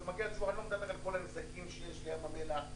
אני לא מדבר על כל הנזקים שיש לים המלח.